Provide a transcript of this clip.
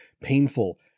painful